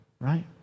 Right